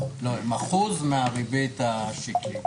הם אחוז מהריבית השקלית